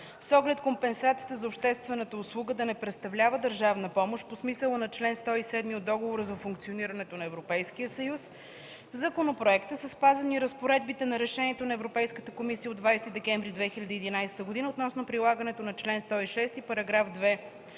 С оглед компенсацията за обществената услуга да не представлява държавна помощ по смисъла на чл. 107 от Договора за функционирането на Европейския съюз в законопроекта са спазени разпоредбите на Решението на Европейската комисия от 20 декември 2011 г. относно прилагането на чл. 106, параграф 2